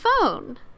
phone